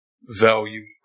value